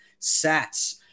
sats